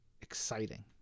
exciting